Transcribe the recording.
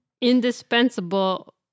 indispensable